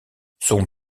son